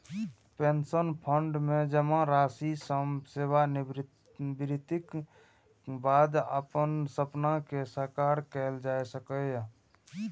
pension fund मे जमा राशि सं सेवानिवृत्तिक बाद अपन सपना कें साकार कैल जा सकैए